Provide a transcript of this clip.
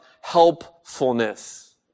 helpfulness